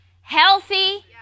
healthy